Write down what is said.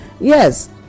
Yes